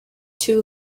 too